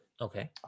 okay